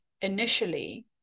initially